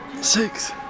six